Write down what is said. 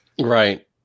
Right